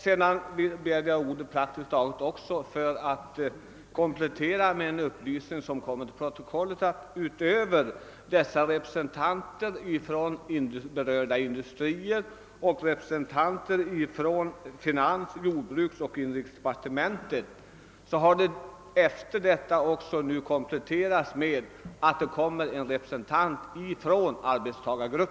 Vidare begär jag ordet för att komplettera med en upplysning till protokollet, nämligen att utöver representanterna ifrån berörda industrier och representanter ifrån finans-, jordbruksoch inrikesdepartementen har arbetsgruppen utökats med en representant för arbetstagarna.